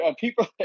people